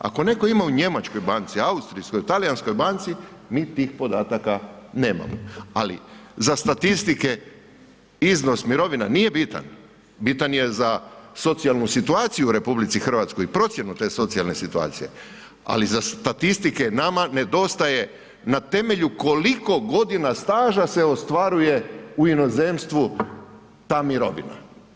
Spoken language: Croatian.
Ako netko ima u njemačkoj banci, austrijskoj, talijanskoj banci, mi tih podataka nemamo ali za statistike, iznos mirovina nije bitan, bitan je za socijalnu situaciju u RH i procjenu te socijalne situacije ali za statistike nama nedostaje na temelju koliko godina staža se ostvaruje u inozemstvu ta mirovina.